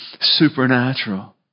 supernatural